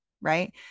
right